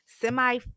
semi